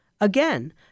Again